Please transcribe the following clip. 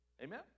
Amen